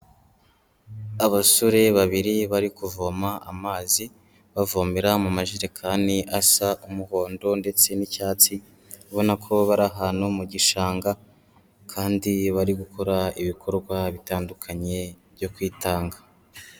Abasore babiri bari kuvoma amazi bavomera mu majerekani asa umuhondo ndetse n'icyatsi ubona ko bari ahantu mu gishanga kandi bari gukora ibikorwa bitandukanye byo kwitanga.